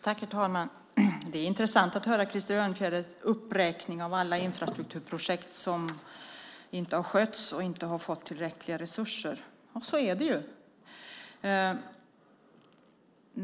Herr talman! Det är intressant att höra Krister Örnfjäders uppräkning av alla infrastrukturprojekt som inte har skötts och inte har fått tillräckliga resurser, och så är det ju.